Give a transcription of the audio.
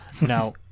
Now